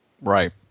Right